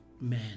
man